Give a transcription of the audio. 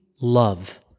love